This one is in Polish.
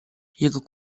jego